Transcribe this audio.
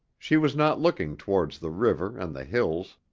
she was not looking towards the river and the hills,